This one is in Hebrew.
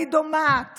אני דומעת